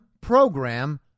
program